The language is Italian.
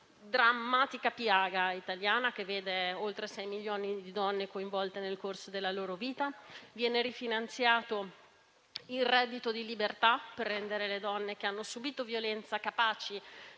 una drammatica piaga italiana che vede oltre 6 milioni di donne coinvolte nel corso della loro vita. Viene rifinanziato il reddito di libertà per rendere le donne che hanno subito violenza capaci